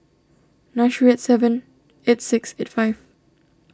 nine three eight seven eight six eight five